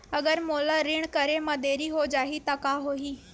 अगर मोला ऋण करे म देरी हो जाहि त का होही?